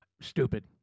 Stupid